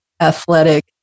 athletic